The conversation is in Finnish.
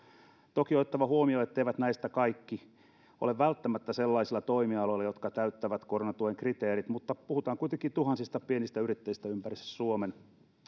toki on otettava huomioon etteivät näistä kaikki ole välttämättä sellaisilla toimialoilla jotka täyttävät koronatuen kriteerit mutta puhutaan kuitenkin tuhansista pienistä yrittäjistä ympäri suomen